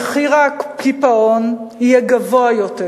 מחיר הקיפאון יהיה גבוה יותר,